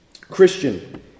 Christian